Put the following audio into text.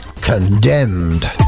condemned